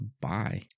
bye